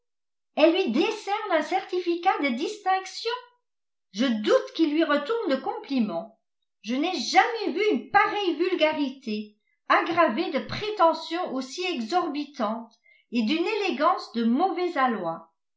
elle lui décerne un certificat de distinction je doute qu'il lui retourne le compliment je n'ai jamais vu une pareille vulgarité aggravée de prétentions aussi exorbitantes et d'une élégance de mauvais aloi